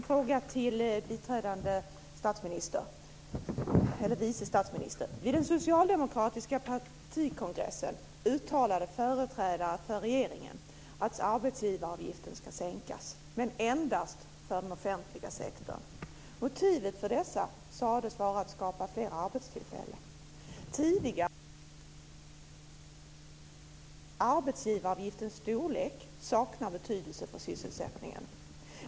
Fru talman! På den socialdemokratiska partikongressen uttalade företrädare för regeringen att arbetsgivaravgiften ska sänkas, men endast för den offentliga sektorn. Motivet för detta sades vara att skapa fler arbetstillfällen. Tidigare har man från regeringens sida uttalat att arbetsgivaravgiftens storlek saknar betydelse för sysselsättningen.